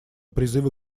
призывы